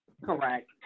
Correct